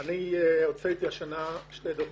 אני הוצאתי השנה שני דוחות.